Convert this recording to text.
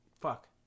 fuck